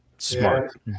smart